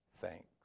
thanks